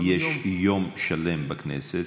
יש יום שלם בכנסת,